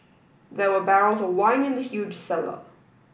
there were barrels of wine in the huge cellar